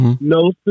no